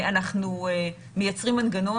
אנחנו מייצרים מנגנון,